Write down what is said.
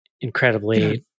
incredibly